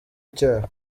icyaha